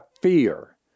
fear